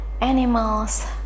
animals